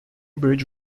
bridge